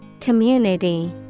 Community